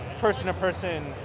person-to-person